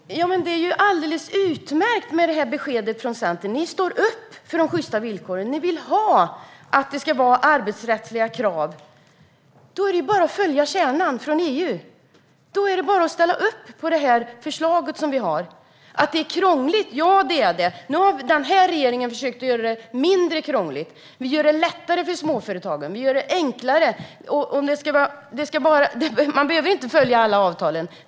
Herr talman! Det är ju alldeles utmärkt med detta besked från Centern! Ni står upp för de sjysta villkoren, och ni vill att man ska kunna ställa arbetsrättsliga krav. Då är det bara att följa kärnan från EU. Då är det bara att ställa upp på det förslag som vi har. Ja, det är krångligt. Men nu har den här regeringen försökt att göra det mindre krångligt. Vi gör det lättare för småföretagen. Vi gör det enklare, och man behöver inte följa alla avtal.